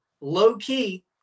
low-key